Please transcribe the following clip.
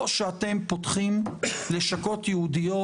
או שאתם פותחים לשכות ייעודיות,